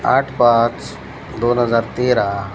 आठ पाच दोन हजार तेरा